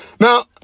Now